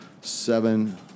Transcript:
Seven